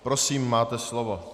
Prosím, máte slovo.